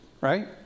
right